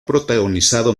protagonizado